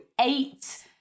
eight